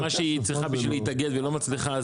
מה שהיא צריכה בשביל להתאגד והיא לא מצליחה,